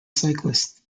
cyclist